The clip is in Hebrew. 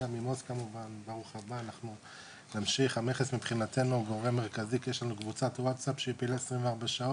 אנחנו זמינים, יש לנו קבוצת וואטסאפ 24/7,